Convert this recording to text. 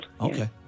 Okay